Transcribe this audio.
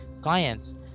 clients